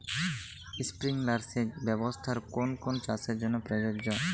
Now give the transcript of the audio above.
Sprinkler সেচ ব্যবস্থার কোন কোন চাষের জন্য প্রযোজ্য?